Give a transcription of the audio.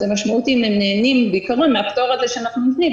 אז המשמעות היא שהם נהנים בעיקרון מהפטור הזה שאנחנו נותנים,